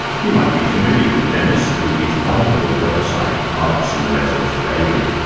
you might be familiar with dennis through his wonderful website, arts and letters daily.